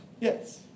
yes